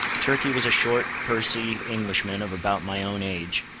turkey was a short, pursy englishman of about my own age,